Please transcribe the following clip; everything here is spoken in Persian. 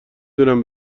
دونم